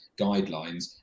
guidelines